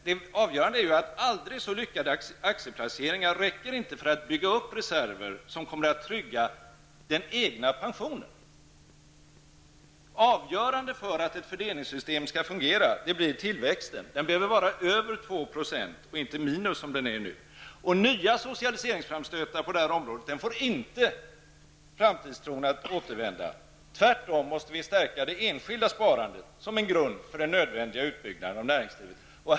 Det avgörande är att aldrig så lyckade aktieplaceringar inte räcker för att bygga upp reserver som kommer att trygga den egna pensionen. Avgörande för att ett fördelningssystem skall fungera blir tillväxten. Den behöver vara över 2 %, och inte minus som den är nu. Nya socialiseringsframstötar på detta område får inte framtidstron att återvända. Vi måste tvärtom stärka det enskilda sparandet som en grund för den nödvändiga utbyggnaden av näringslivet.